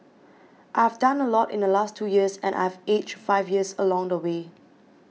I have done a lot in the last two years and I have aged five years along the way